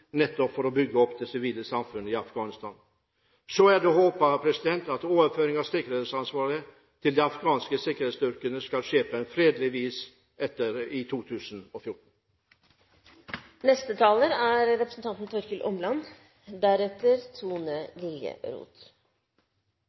nettopp for å bygge opp det sivile samfunn i Afghanistan. Så er det å håpe at overføring av sikkerhetsansvaret til de afghanske sikkerhetsstyrkene skal skje på fredelig vis i 2014. I likhet med mange her er